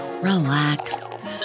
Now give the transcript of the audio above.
relax